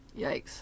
Yikes